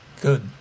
Good